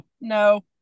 no